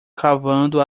cavando